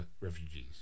refugees